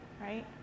right